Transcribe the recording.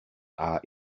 are